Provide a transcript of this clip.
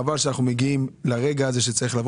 חבל שאנחנו מגיעים לרגע הזה שצריך לבוא